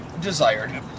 desired